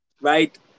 right